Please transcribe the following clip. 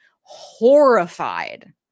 horrified